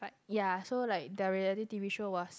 but ya so like the reality t_v show was